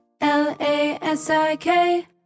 L-A-S-I-K